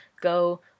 go